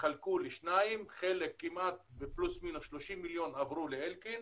התחלקו לשניים, פלוס מינוס 30 מיליון עברו לאלקין,